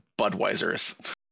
Budweiser's